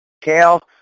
Kale